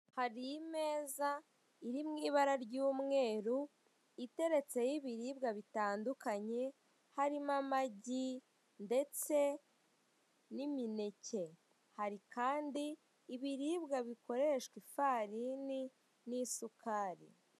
Hari imeza iri mu ibara ry'umweru, iteretse ho ibiribwa bitandukanye, birimo amagi ndetse n'aimineke, hari kandi ibiribwa bikoreshwa ifarini ndetse n'isukari.